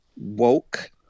woke